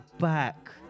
back